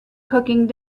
cooking